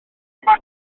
maglau